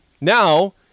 now